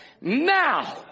Now